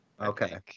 Okay